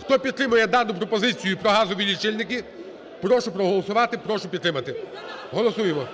Хто підтримує дану пропозицію, про газові лічильники, прошу проголосувати, прошу підтримати. Голосуємо.